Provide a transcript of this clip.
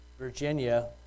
Virginia